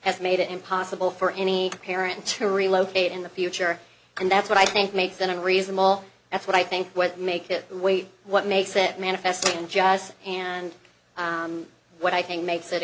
has made it impossible for any parent to relocate in the future and that's what i think makes an unreasonable that's what i think what make that way what makes it manifest injustice and what i think makes it